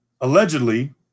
allegedly